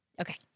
Okay